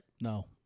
No